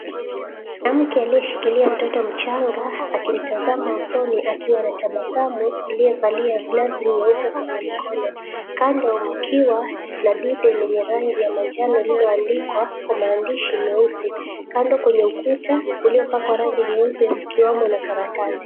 Mwanamke aliyeshikilia mtoto mchanga akimtazama usoni akiwa na tabasamu aliyevalia gloves nyeupe kwenye mkono. Kando mkiwa na dude lenye rangi ya manjano lililoandikwa kwa maandishi meusi. Kando kwenye ukuta uliopakwa rangi nyeupe mkiwamo na karatasi.